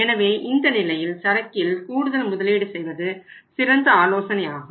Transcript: எனவே இந்த நிலையில் சரக்கில் கூடுதல் முதலீடு செய்வது சிறந்த ஆலோசனையாகும்